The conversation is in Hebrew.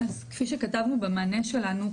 אז כפי כתבנו במענה שלנו,